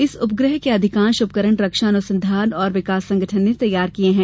इस उपग्रह के अधिकांश उपकरण रक्षा अनुसंधान और विकास संगठन ने तैयार किए हैं